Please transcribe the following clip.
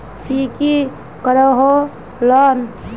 ती की करोहो लोन?